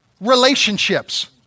relationships